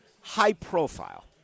high-profile